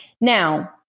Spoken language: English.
Now